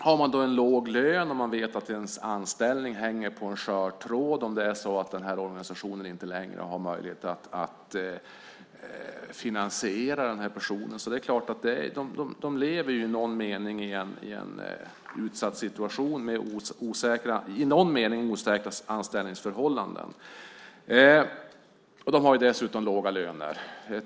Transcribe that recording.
Har personen då en låg lön och vet att anställningen hänger på en skör tråd om det är så att den här organisationen inte längre har möjlighet att finansiera den här personen är det klart att personen i någon mening lever i en utsatt situation med i någon mening osäkra anställningsförhållanden. De här personerna har dessutom låga löner.